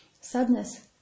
sadness